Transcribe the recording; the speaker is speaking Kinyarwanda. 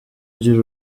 ugira